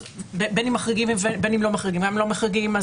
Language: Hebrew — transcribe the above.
בין אם מחריגים ובין אם לא מחריגים אם לא מחריגים,